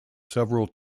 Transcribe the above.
several